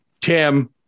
Tim